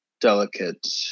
delicate